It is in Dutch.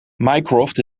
mycroft